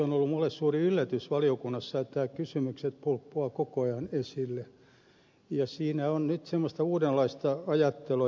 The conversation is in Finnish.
on ollut minulle suuri yllätys valiokunnassa että nämä kysymykset pulppuavat koko ajan esille ja siinä on nyt semmoista uudenlaista ajattelua jonka ed